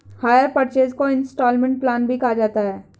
higher purchase को instalment plan भी कहा जाता है